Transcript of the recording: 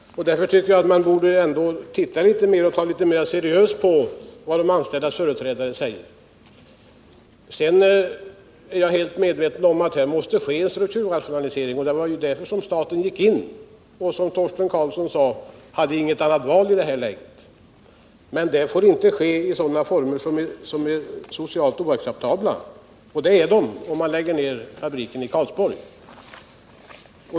Därför tycker jag att vi borde ta litet mer seriöst på vad de anställdas företrädare säger. Sedan är jag helt medveten om att här måste ske en strukturrationalisering. Det var ju därför som staten gick in. Man hade, som Torsten Karlsson sade, inget annat val i detta läge. Men strukturrationaliseringen får inte ske i former som är socialt oacceptabla — och det är de om man lägger ned fabriken i Karlsborg.